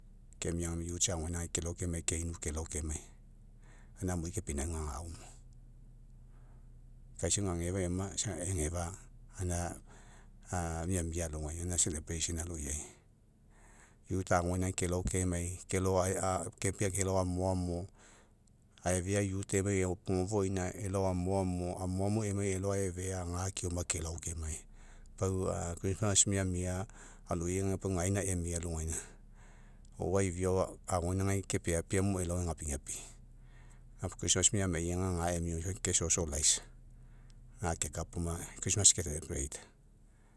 agoa ina kelao kemai, keinu kelao kemai. Gaina amui kepinauga agama, kaisa gagefa eoma, isa age gefa, gaina miamia alogai. Gaina aloiai, agoainaegai kelao kemai, kelao kepea kelao, amoama, aivea efai ogofoina, elao amoamo, amoamo efai elao aivea, gakeoma kelao kemai. Pau miamia aloiaiga, pau gaina emia alogaina. O'oae, iviao agoainaegai kepeapea elao egapigapi. Gapuo miamiai gaemia oma, ke ga kekapa oma ke.